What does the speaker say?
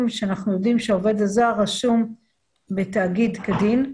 שאנחנו יודעים שהעובד הזר רשום בתאגיד כדין,